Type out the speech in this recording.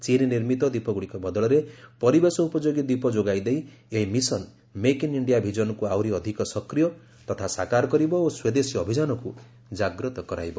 ଚୀନ୍ ନିର୍ମିତ ଦୀପ ଗୁଡ଼ିକ ବଦଳରେ ପରିବେଶ ଉପଯୋଗୀ ଦ୍ୱୀପ ଯୋଗାଇଦେଇ ଏହି ମିଶନ ମେକ୍ ଇନ୍ ଇଣ୍ଡିଆ ଭିଜନକୁ ଆହୁରି ଅଧିକ ସକ୍ରିୟ ତଥା ସାକାର କରିବ ଓ ସ୍ୱଦେଶୀ ଅଭିଯାନକୁ ଜାଗ୍ରତ କରାଇବ